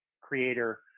creator